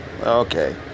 okay